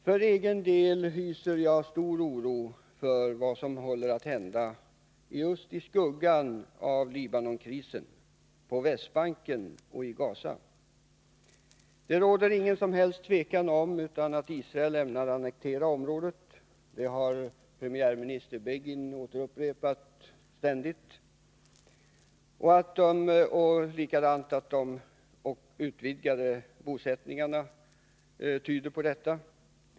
För egen del hyser jag stor oro för vad som håller på att hända, just i skuggan av Libanonkrisen, på Västbanken och i Gaza. Det råder inget som att förbättra situationen i Libanon att förbättra situationen i Libanon helst tvivel'om att Israel ämnar annektera området. Det har premiärminister Begin ständigt upprepat. Även de utvidgade bosättningarna tyder på detta.